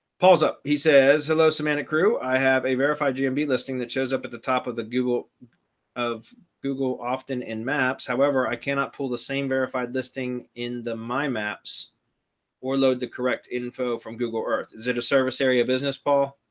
pulls up. he says hello semantic crew. i have a verified gmb listing that shows up at the top of the google google often in maps, however, i cannot pull the same verified listing in the mind maps or load the correct info from google earth. is it a surface area business, paul?